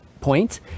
point